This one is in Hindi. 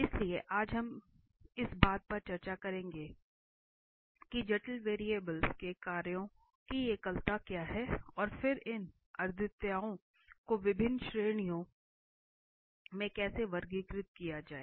इसलिए आज हम इस बात पर चर्चा करेंगे कि जटिल वेरिएबल के कार्यों की एकलता क्या है और फिर इन अद्वितीयताओं को विभिन्न श्रेणियों में कैसे वर्गीकृत किया जाए